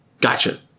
Gotcha